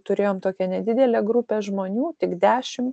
turėjom tokią nedidelę grupę žmonių tik dešim